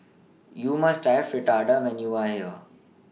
YOU must Try Fritada when YOU Are here